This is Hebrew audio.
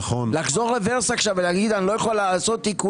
לחזור רברס עכשיו ולהגיד: לא יכולה לעשות עצירה של